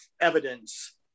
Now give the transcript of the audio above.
evidence